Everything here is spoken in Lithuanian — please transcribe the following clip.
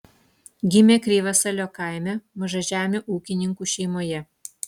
gimė krivasalio kaime mažažemių ūkininkų šeimoje